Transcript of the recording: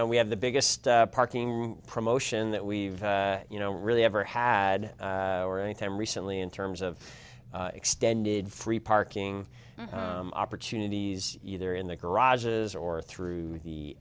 know we have the biggest parking promotion that we've you know really ever had any time recently in terms of extended free parking opportunities either in the garages or through the